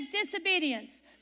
disobedience